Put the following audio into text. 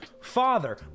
father